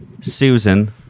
Susan